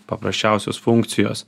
paprasčiausios funkcijos